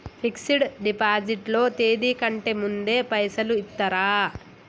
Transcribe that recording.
Fix డ్ deposit లో తేది కంటే ముందే పైసలు ఇత్తరా?